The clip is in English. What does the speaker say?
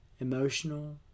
emotional